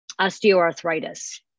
osteoarthritis